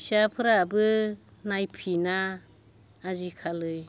फिसाफ्राबो नायफिना आजिखालै